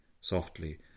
softly